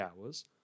hours